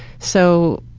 so,